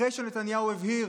אחרי שנתניהו הבהיר